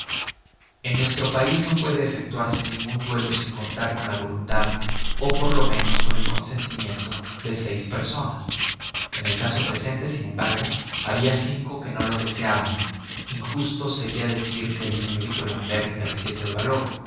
en nuestro país no puede efectuarse ningún duelo sin contar con la voluntad o por lo menos con el consentimiento de seis personas en el caso presente sin embargo había cinco que no lo deseaban injusto sería decir que el señorito l'ambert careciese de valor